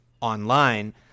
online